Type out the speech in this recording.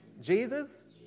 Jesus